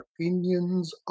opinions